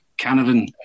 canavan